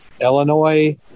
Illinois